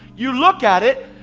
you look at it,